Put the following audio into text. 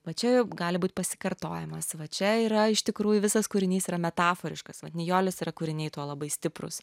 va čia gali būt pasikartojimas va čia yra iš tikrųjų visas kūrinys yra metaforiškas vat nijolės yra kūriniai tuo labai stiprūs